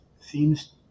seems